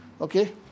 Okay